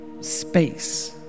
space